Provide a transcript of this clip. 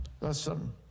Listen